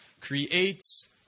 creates